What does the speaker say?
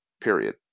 period